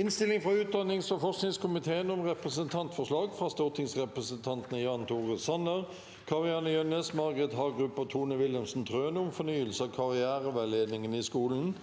Innstilling fra utdannings- og forskningskomiteen om Representantforslag fra stortingsrepresentantene Jan Tore Sanner, Kari-Anne Jønnes, Margret Hagerup og Tone Wilhelmsen Trøen om fornyelse av karriereveiledningen i skolen